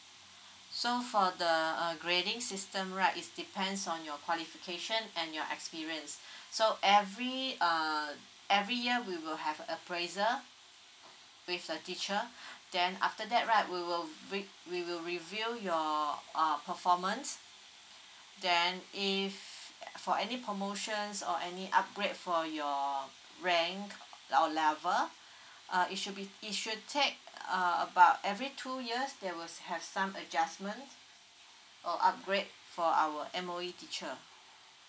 so for the uh grading system right is depends on your qualification and your experience so every uh every year we will have appraisal with a teacher then after that right we will re~ we will review your uh performance then if for any promotions or any upgrade for your rank or level uh it should be it should take uh about every two years there was have some adjustment or upgrade for our M_O_E teacher